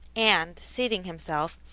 and, seating himself,